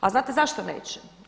A znate zašto neće?